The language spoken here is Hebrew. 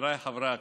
חבריי חברי הכנסת,